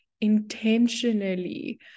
intentionally